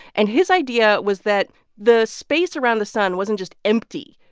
and his idea was that the space around the sun wasn't just empty,